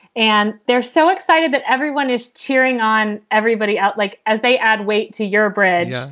and they're so excited that everyone is cheering on everybody out, like as they add weight to your bread.